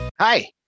Hi